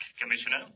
Commissioner